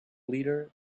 leader